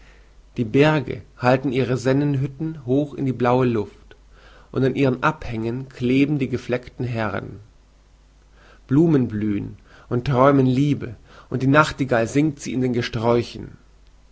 die berge halten ihre sennenhütten hoch in die blaue luft und an ihren abhängen kleben die gefleckten heerden blumen blühen und träumen liebe und die nachtigall singt sie in den gesträuchen